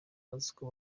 baziko